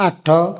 ଆଠ